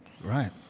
Right